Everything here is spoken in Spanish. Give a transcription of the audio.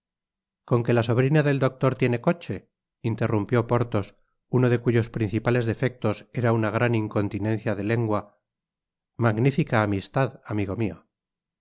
con que la sobrina del doctor tiene coche interrumpió porthos uno de cuyos principales defectos era una gran incontinencia de lengua magnifica amistad amigo mio